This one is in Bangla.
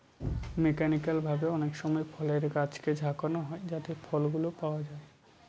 মেকানিক্যাল ভাবে অনেকসময় ফলের গাছকে ঝাঁকানো হয় যাতে ফলগুলো পাওয়া যায়